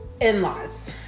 in-laws